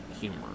humor